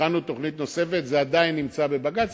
הכנו תוכנית נוספת וזה עדיין נמצא בבג"ץ,